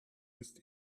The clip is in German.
ist